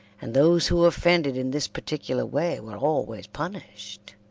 and those who offended in this particular way were always punished.